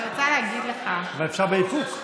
אני רוצה להגיד לך, אבל אפשר באיפוק.